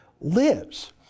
lives